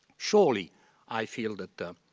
surely i feel that